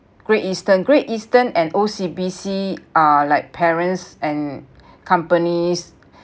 great eastern great eastern and O_C_B_C are like parents and companies